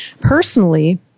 personally